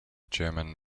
german